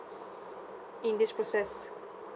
in this process